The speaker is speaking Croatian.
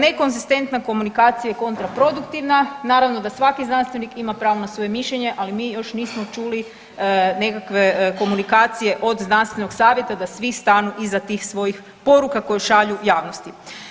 Nekonzistentna komunikacija je kontra produktivna, naravno da svaki znanstvenik ima pravo na svoje mišljenje, ali mi još nismo čuli nekakve komunikacije od znanstvenog savjeta da svi stanu iza tih svojih poruka koje šalju javnosti.